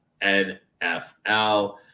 NFL